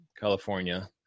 California